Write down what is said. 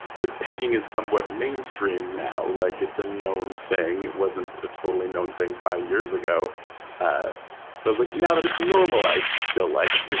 because pegging is somewhat mainstream now, like it's a known thing. it wasn't a totally known thing five years ago. ah but i was like, now that it's normal, i still like it,